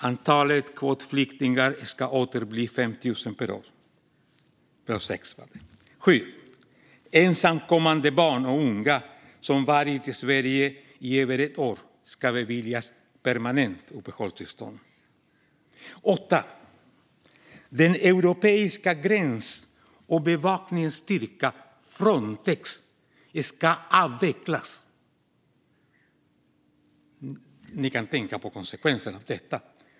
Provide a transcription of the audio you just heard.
Antalet kvotflyktingar ska åter bli 5 000 per år. Ensamkommande barn och unga som varit i Sverige i över ett år ska beviljas permanenta uppehållstillstånd. Den europeiska gräns och bevakningsstyrkan, Frontex, ska avvecklas. Ni kan tänka på konsekvenserna av detta.